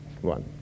one